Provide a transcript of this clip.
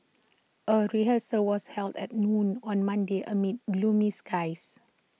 A rehearsal was held at noon on Monday amid gloomy skies